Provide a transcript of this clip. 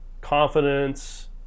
confidence